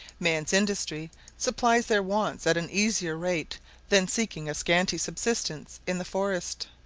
man's industry supplies their wants at an easier rate than seeking a scanty subsistence in the forest.